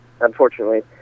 unfortunately